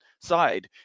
side